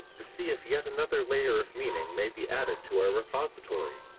to see if yet another layer of meaning may be added to our repository.